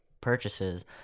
purchases